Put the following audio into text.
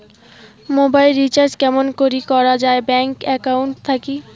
Mobile recharge কেমন করি করা যায় ব্যাংক একাউন্ট থাকি?